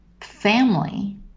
family